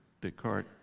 Descartes